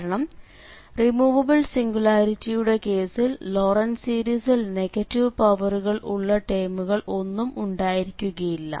കാരണം റിമൂവബിൾ സിംഗുലാരിറ്റിയുടെ കേസിൽ ലോറന്റ് സീരീസിൽ നെഗറ്റീവ് പവറുകൾ ഉള്ള ടേമുകൾ ഒന്നും ഉണ്ടായിരിക്കുകയില്ല